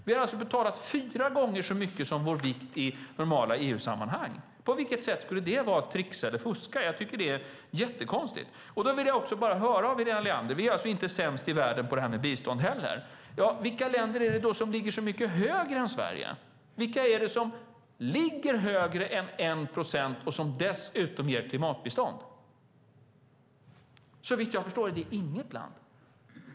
Vi har betalat fyra gånger så mycket som vår vikt i normala EU-sammanhang. På vilket sätt skulle det vara att tricksa eller fuska? Jag tycker att det är jättekonstigt. Jag vill höra vad Helena Leander säger om detta. Vi är alltså inte sämst i världen på det här med bistånd heller. Vilka länder är det då som ligger så mycket högre än Sverige? Vilka är det som ligger högre än 1 procent och som dessutom ger klimatbistånd? Såvitt jag förstår är det inget land.